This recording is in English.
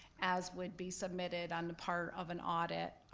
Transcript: as would be submitted on the part of an audit,